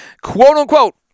Quote-unquote